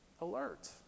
alert